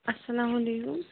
اَلسلامُ علیکُم